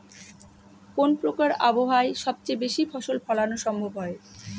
কোন প্রকার আবহাওয়ায় সবচেয়ে বেশি ফসল ফলানো সম্ভব হয়?